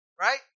right